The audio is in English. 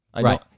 Right